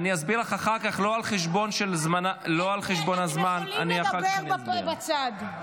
לא על חשבון הזמן --- אתם יכולים לדבר בצד.